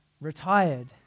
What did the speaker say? retired